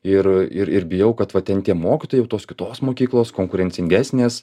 ir ir ir bijau kad va ten tie mokytojai jau tos kitos mokyklos konkurencingesnės